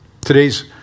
Today's